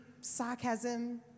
sarcasm